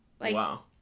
Wow